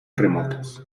remotas